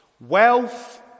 Wealth